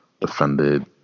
defended